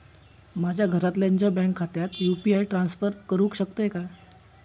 माझ्या घरातल्याच्या बँक खात्यात यू.पी.आय ट्रान्स्फर करुक शकतय काय?